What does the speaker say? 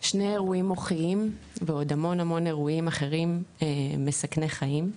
שני אירועים מוחיים ועוד המון המון אירועים אחרים מסכני חיים.